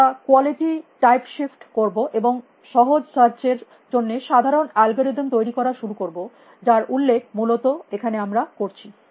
আমরা quality type shift করব এবং সহজ সার্চ এর জন্য সাধারণ অ্যালগরিদম তৈরি করা শুরু করব যার উল্লেখ মূলত এখানে আমরা করেছি